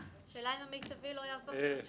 השאלה היא האם מיטבי לא יהפוך להיות שעתיים.